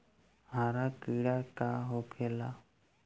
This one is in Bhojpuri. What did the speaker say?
हरा कीड़ा का होखे ला?